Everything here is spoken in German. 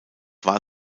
war